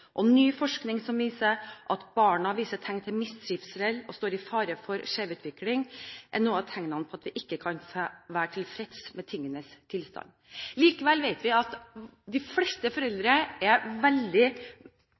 og ny forskning som viser at barna viser tegn til mistrivsel og står i fare for skjevutvikling, er noen av tegnene på at vi ikke kan være tilfreds med tingenes tilstand. Likevel vet vi at de fleste